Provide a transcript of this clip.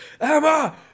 Emma